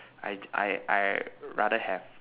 I I I rather have